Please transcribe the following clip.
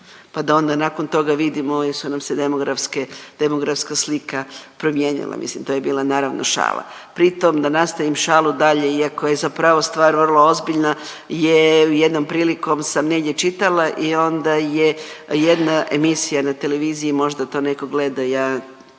pa da onda nakon toga vidimo jesu nam se demografske, demografska slika promijenila. Mislim, to je bila naravno šala. Pri tom da nastavim šalu dalje je iako je zapravo stvar vrlo ozbiljna, je jednom prilikom sam negdje čitala i onda je jedna emisija na televiziji. Možda to netko gleda, ja